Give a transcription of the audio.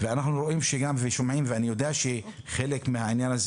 ואנחנו רואים ושומעים ואני יודע שחלק מהעניין הזה